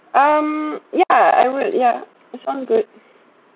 um yeah I would yeah it sounds good